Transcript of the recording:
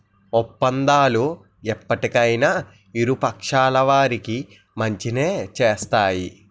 ఒప్పందాలు ఎప్పటికైనా ఇరు పక్షాల వారికి మంచినే చేస్తాయి